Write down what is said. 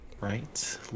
right